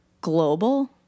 global